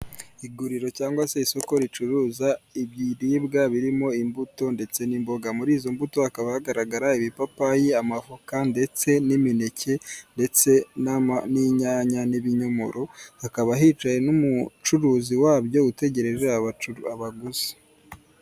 Iguriro cyangwa se isoko ricuruza ibiribwa birimo imbuto ndetse n'imboga, muri izo mbuto hakaba hagaragara ibipapayi, amavoka ndetse n'imineke ndetse n'inyanya n'ibinyomoro, hakaba hicaye n'umucuruzi wabyo utegereje abaguzi.